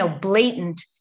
blatant